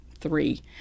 three